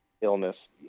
illness